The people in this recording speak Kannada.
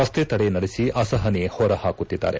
ರಸ್ತೆ ತಡೆ ನಡೆಸಿ ಅಸಹನೆ ಹೊರಹಾಕುತ್ತಿದ್ದಾರೆ